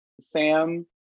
Sam